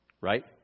right